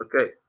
okay